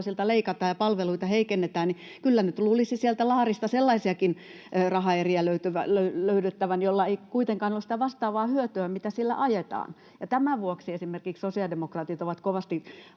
leikataan ja palveluita heikennetään — kyllä nyt luulisi sieltä laarista sellaisiakin rahaeriä löydettävän, joilla ei kuitenkaan ole sitä vastaavaa hyötyä, mitä sillä ajetaan. Tämän vuoksi esimerkiksi sosiaalidemokraatit ovat kovasti